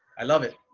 i love it.